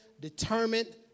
determined